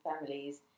families